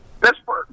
Pittsburgh